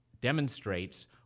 demonstrates